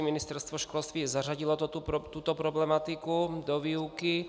Ministerstvo školství zařadilo tuto problematiku do výuky.